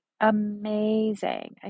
amazing